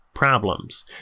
Problems